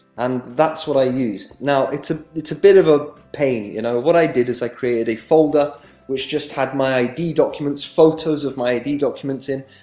and that's what i used. now, it's a it's a bit of a pain, you know what i did is, i created a folder which just had my id documents photos of my id documents in,